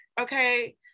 Okay